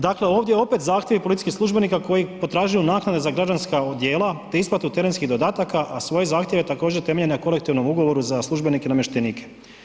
Dakle, ovdje opet zahtjevi policijskih službenika koji potražuju naknade za građanska odijela, te isplatu terenskih dodataka, a svoje zahtjeve također temeljem na kolektivnom ugovoru za službenike i namještenike.